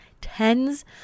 tens